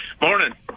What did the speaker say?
Morning